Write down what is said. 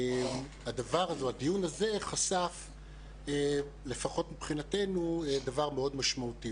הדיון הזה חשף לפחות מבחינתנו דבר מאוד משמעותי.